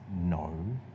no